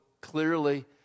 clearly